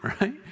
right